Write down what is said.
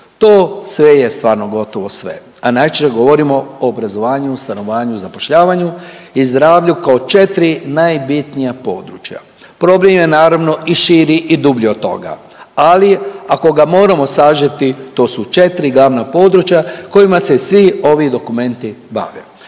To sve je stvarno gotovo sve, a najčešće govorimo o obrazovanju, stanovanju, zapošljavanju i zdravlju kao četri najbitnija područja . Problem je naravno i širi i dublji od toga, ali ako ga moramo sažeti to su četri glavna područja kojima se svi ovi dokumenti bave.